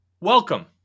welcome